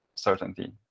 certainty